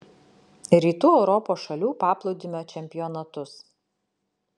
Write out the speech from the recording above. rytų europos šalių paplūdimio čempionatus